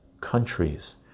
countries